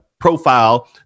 profile